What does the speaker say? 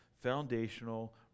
foundational